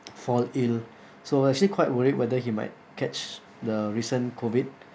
fall ill so actually quite worried whether he might catch the recent COVID